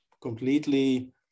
completely